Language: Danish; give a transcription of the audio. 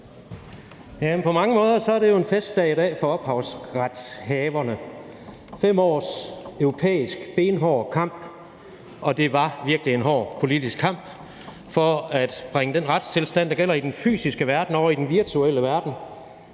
på mange måder en festdag i dag for ophavsretshaverne. 5 års europæisk benhård kamp – og det var virkelig en hård politisk kamp – for at bringe den retstilstand, der gælder i den fysiske verden, over i den virtuelle verden